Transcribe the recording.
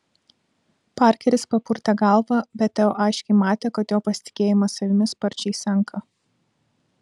parkeris papurtė galvą bet teo aiškiai matė kad jo pasitikėjimas savimi sparčiai senka